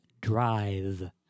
Drive